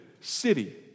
city